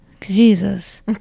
jesus